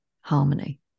harmony